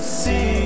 see